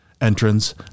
entrance